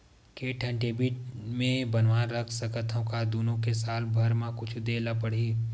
के ठन डेबिट मैं बनवा रख सकथव? का दुनो के साल भर मा कुछ दे ला पड़ही?